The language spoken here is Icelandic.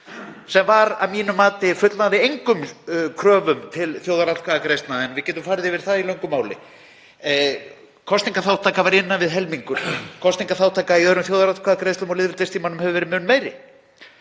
sem að mínu mati fullnægði engum kröfum til þjóðaratkvæðagreiðslna, en við getum farið yfir það í löngu máli. Kosningaþátttakan var innan við helmingur, kosningaþátttaka í öðrum þjóðaratkvæðagreiðslum á lýðveldistímanum hefur verið mun meiri.